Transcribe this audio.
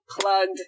Plugged